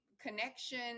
connection